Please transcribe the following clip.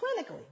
clinically